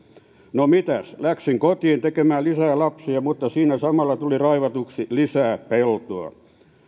no mitäs läksin kotiin tekemään lisää lapsia mutta siinä samalla tuli raivatuksi lisää peltoa